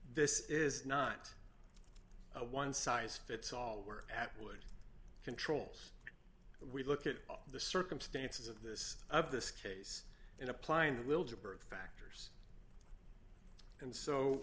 this is not a one size fits all work attwood controls we look at the circumstances of this of this case in applying the will to birth factors and so